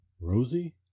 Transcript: Rosie